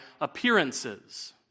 appearances